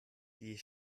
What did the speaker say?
die